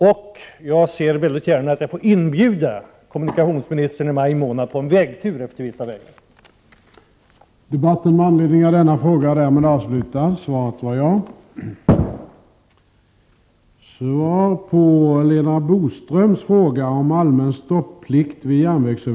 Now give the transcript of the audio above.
Och jag ser väldigt gärna att jag får inbjuda Prot. 1988/89:26 kommunikationsministern till en vägtur i maj månad utefter vissa vägar. 17 november 1988